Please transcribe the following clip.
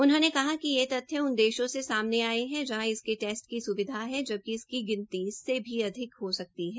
उन्होंने कहा कि ये तथ्य उन देशों से सामने आये है जहां टेस्ट की स्विधा है जबकि इसकी गिनती इससे भी अधिक हो सकती है